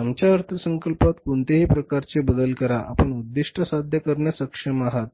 आमच्या अर्थसंकल्पात कोणत्याही प्रकारचे बदल करा आपण उद्दिष्ट साध्य करण्यास सक्षम आहात किंवा काही बदल करणे आवश्यक आहे